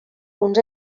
uns